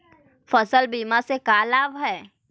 फसल बीमा से का लाभ है?